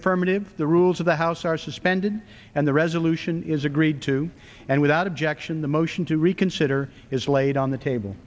affirmative the rules of the house are suspended and the resolution is agreed to and without objection the motion to reconsider is laid on the table